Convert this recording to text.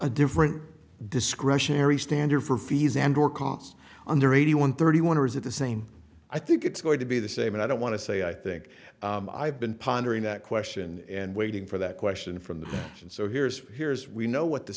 a different discretionary standard for fees and or costs under eighty one thirty one or is it the same i think it's going to be the same and i don't want to say i think i've been pondering that question and waiting for that question from the bench and so here's here's we know what the